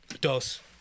dos